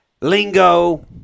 Lingo